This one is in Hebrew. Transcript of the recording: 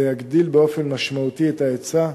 זה יגדיל באופן משמעותי את ההיצע,